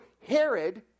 Herod